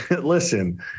listen